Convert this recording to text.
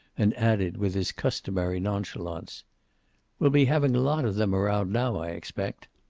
and added, with his customary nonchalance we'll be having a lot of them around now, i expect.